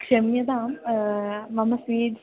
क्षम्यतां मम स्वीट्स्